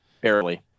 barely